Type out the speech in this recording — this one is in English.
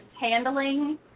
handling